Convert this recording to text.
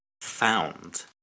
found